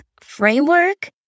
framework